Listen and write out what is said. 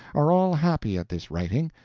are all happy at this writing,